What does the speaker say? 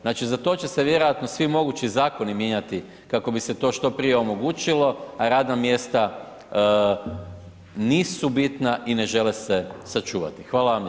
Znači, za to će se vjerojatno svi mogući zakoni mijenjati kako bi se to što prije omogućilo, a radna mjesta nisu bitna i ne žele se sačuvati.